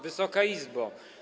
Wysoka Izbo!